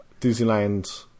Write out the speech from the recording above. Disneyland